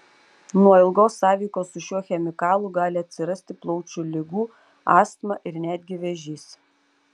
nuo ilgos sąveikos su šiuo chemikalu gali atsirasti plaučių ligų astma ir netgi vėžys